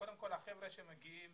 קודם כל החבר'ה שמגיעים,